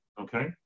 okay